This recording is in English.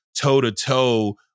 toe-to-toe